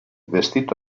vestito